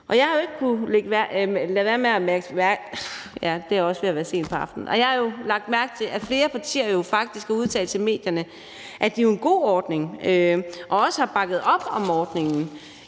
med at lægge mærke til, at flere partier faktisk har udtalt til medierne, at det er en god ordning, og at de også har bakket op om ordningen.